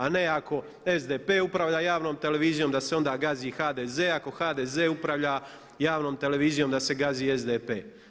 A ne ako SDP upravlja javnom televizijom da se onda gazi HDZ, ako HDZ upravlja javnom televizijom da se gazi SDP.